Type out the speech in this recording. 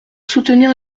soutenir